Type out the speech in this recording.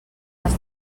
les